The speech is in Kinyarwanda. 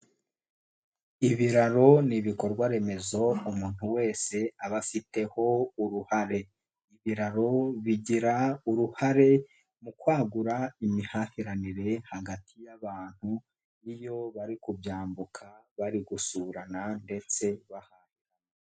Ibiraro ni ibikorwa remezo umuntu wese aba afiteho uruhare. Ibiraro bigira uruhare mu kwagura imihahiranire hagati y'abantu iyo bari kubyambuka bari gusurana ndetse bahari.